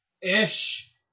ish